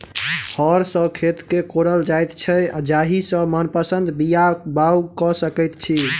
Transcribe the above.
हर सॅ खेत के कोड़ल जाइत छै जाहि सॅ मनपसंद बीया बाउग क सकैत छी